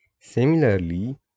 Similarly